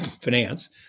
finance